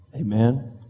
Amen